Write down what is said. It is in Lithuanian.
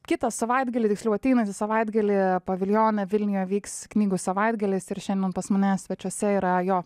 kitą savaitgalį tiksliau ateinantį savaitgalį paviljone vilniuje vyks knygų savaitgalis ir šiandien pas mane svečiuose yra jo